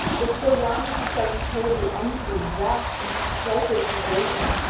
but so long as he shall incur the enmity, wrath, and displeasure of his lady,